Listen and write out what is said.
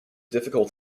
difficult